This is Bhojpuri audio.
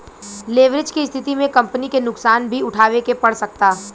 लेवरेज के स्थिति में कंपनी के नुकसान भी उठावे के पड़ सकता